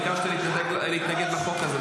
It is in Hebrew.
ביקשת להתנגד לחוק הזה.